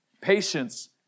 Patience